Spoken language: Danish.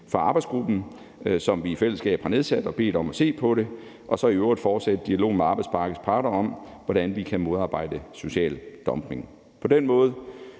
fra arbejdsgruppen, som vi i fællesskab har nedsat og bedt om at se på det, og så i øvrigt fortsætte dialogen med arbejdsmarkedets parter om, hvordan vi kan modarbejde social dumping. På den måde